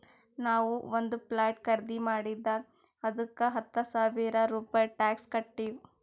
ನಾವು ಒಂದ್ ಪ್ಲಾಟ್ ಖರ್ದಿ ಮಾಡಿದಾಗ್ ಅದ್ದುಕ ಹತ್ತ ಸಾವಿರ ರೂಪೆ ಟ್ಯಾಕ್ಸ್ ಕಟ್ಟಿವ್